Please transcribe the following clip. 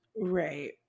Right